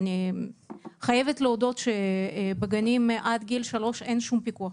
אני חייבת להגיד שבגנים עד גיל שלוש אין שום פיקוח,